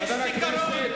חבר הכנסת